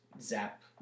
zap